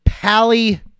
Pally